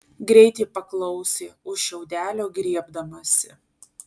greit ji paklausė už šiaudelio griebdamasi